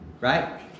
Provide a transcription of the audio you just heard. right